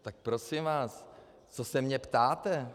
Tak prosím vás, co se mě ptáte?